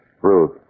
Ruth